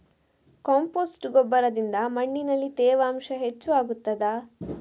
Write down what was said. Compost ಗೊಬ್ಬರದಿಂದ ಮಣ್ಣಿನಲ್ಲಿ ತೇವಾಂಶ ಹೆಚ್ಚು ಆಗುತ್ತದಾ?